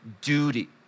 duty